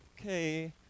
Okay